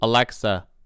Alexa